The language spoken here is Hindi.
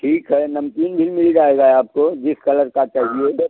ठीक है नमकीन भी मिल जाएगा आपको जिस कलर का चाहिए